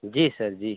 जी sir जी